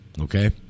Okay